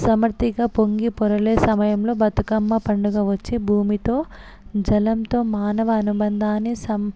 సమర్దిగా పొంగి పొరలే సమయంలో బతుకమ్మ పండుగ వచ్చి భూమితో జలంతో మానవ అనుబంధాన్ని సం